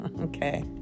okay